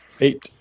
Eight